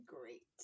great